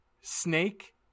Snake